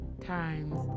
times